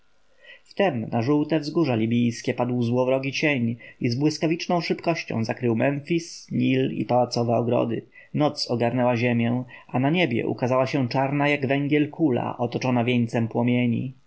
wtem na żółte wzgórza libijskie padł złowrogi cień i z błyskawiczną szybkością zakrył memfis nil i pałacowe ogrody noc ogarnęła ziemię a na niebie ukazała się czarna jak węgiel kula otoczona wieńcem płomieni